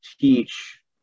teach